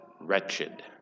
wretched